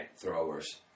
throwers